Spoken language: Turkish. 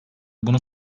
bunu